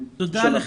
תודה.